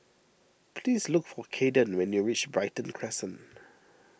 please look for Cayden when you reach Brighton Crescent